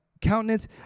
countenance